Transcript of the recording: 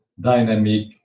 dynamic